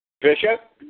Bishop